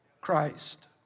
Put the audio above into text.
Christ